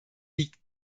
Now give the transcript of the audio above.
liegt